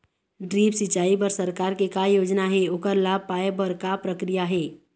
Drip सिचाई बर सरकार के का योजना हे ओकर लाभ पाय बर का प्रक्रिया हे?